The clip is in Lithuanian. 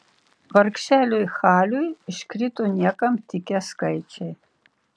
vargšeliui haliui iškrito niekam tikę skaičiai